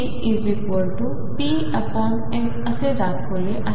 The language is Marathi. तर मी हे ddt⟨x⟩⟨p⟩m असे दाखवले आहे